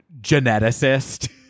geneticist